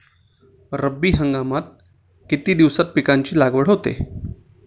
रब्बी हंगामात किती दिवसांत पिकांची लागवड होते?